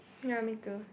ya me too